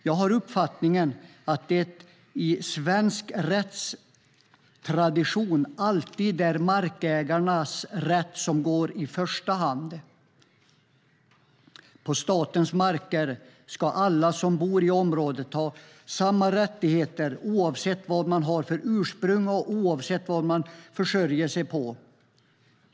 Jag har uppfattningen att det i svensk rättstradition alltid är markägarnas rätt som går i första hand. På statens marker ska alla som bor i området ha samma rättigheter oavsett vad de har för ursprung och oavsett vad de försörjer sig på.